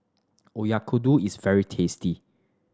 Oyakodon is very tasty